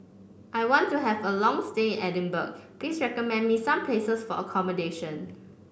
I want to have a long stay in Edinburgh please recommend me some places for accommodation